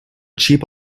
cheap